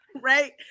right